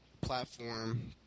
platform